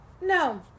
No